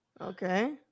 Okay